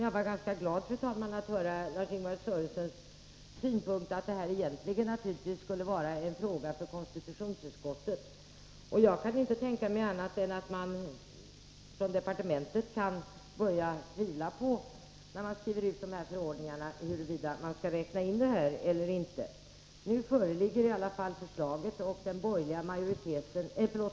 Jag blev ganska glad att höra Lars-Ingvar Sörensons synpunkt att denna sak egentligen borde vara en fråga för konstitutionsutskottet. Jag kan inte tänka mig annat än att även departementet kan börja tvivla på om man verkligen skall räkna in denna befogenhet när man formulerar förordningarna. Nu föreligger i alla fall ett förslag.